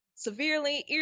severely